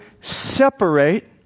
separate